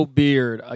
beard